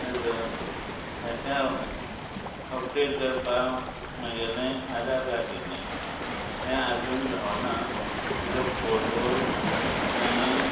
hello हें तें update करपाक म्हागेलें आदार कार्ड दिल्लें तें आजून जावना तेजो फोटो आनी